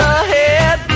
ahead